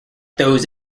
those